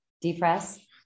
depress